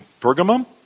Pergamum